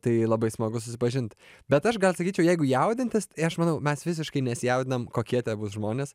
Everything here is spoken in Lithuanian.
tai labai smagu susipažint bet aš gal sakyčiau jeigu jaudintis tai aš manau mes visiškai nesijaudinam kokie ten bus žmonės